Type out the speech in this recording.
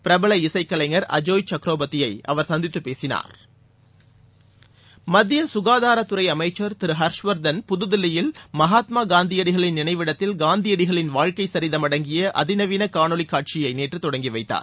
பிரபல இசைக் கலைஞர் அஜோய் சக்ரபோதியை அவர் சந்தித்து பேசினார் மத்திய சுகாதார அமைச்சர் திரு ஹர்ஷ் வர்தன் புதுதில்லியில் மகாத்மா காந்தியடிகளின் நினைவிடத்தில் காந்தியடிகளின் வாழ்க்கை சுரிதம் அடங்கிய அழி நவீன காணொளி காட்சியை நேற்று தொடங்கி வைத்தார்